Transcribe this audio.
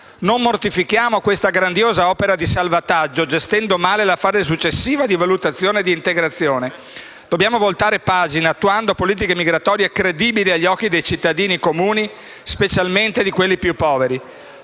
Non mortifichiamo questa grandiosa opera di salvataggio, gestendo male la fase successiva di valutazione e di integrazione. Dobbiamo voltare pagina, attuando politiche migratorie credibili agli occhi dei cittadini comuni, specialmente di quelli più poveri.